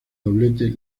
doblete